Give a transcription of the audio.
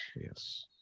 yes